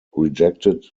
rejected